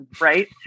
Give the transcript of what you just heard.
Right